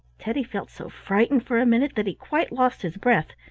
teddy felt so frightened for a minute that he quite lost his breath,